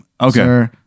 okay